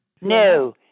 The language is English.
No